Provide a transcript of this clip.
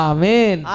Amen